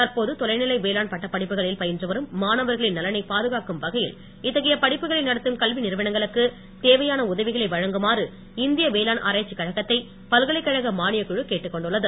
தற்போது தொலைநிலை வேளாண் பட்டபடிப்புகளில் பயின்றுவரும் மாணவர்களின் நலனை பாதுகாக்கும் வகையில் இத்தகைய படிப்புகளை நடத்தும் கல்வி நிறுவனங்களுக்கு தேவையான உதவிகளை வழங்குமாறு இந்திய வேளாண் ஆராய்ச்சிக்கழகத்தை பல்கலைக்கழக மானியக்குழு கேட்டுக்கொண்டுள்ளது